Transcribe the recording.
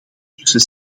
tussen